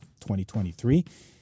2023